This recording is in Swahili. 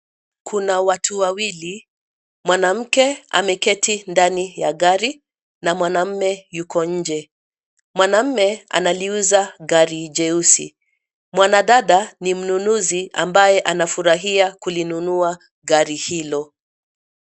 Kuna watu wawili, mwanamke ameketi ndani ya gari na mwanaume yuko nje. Mwanaume analiuza gari jeusi. Mwanadada ni mnunuzi ambaye anafurahia kulinunua gari hilo.